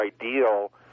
ideal